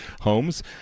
homes